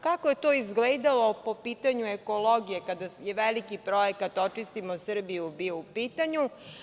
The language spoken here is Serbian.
Kako je to izgledalo po pitanju ekologije kada je veliki Projekat „Očistimo Srbiju“ bio u pitanju.